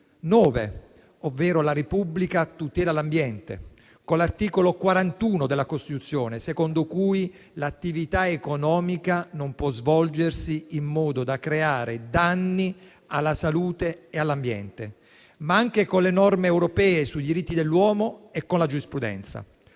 cui la Repubblica tutela l'ambiente, e 41 della Costituzione, secondo cui l'attività economica non può svolgersi in modo da creare danni alla salute e all'ambiente, ma anche con le norme europee sui diritti dell'uomo e la giurisprudenza.